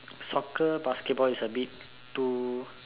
soccer basketball is a bit too